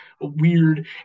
weird